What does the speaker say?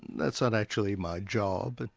that's not actually my job, but